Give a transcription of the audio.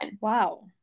Wow